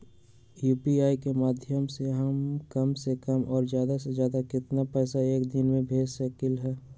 UPI के माध्यम से हम कम से कम और ज्यादा से ज्यादा केतना पैसा एक दिन में भेज सकलियै ह?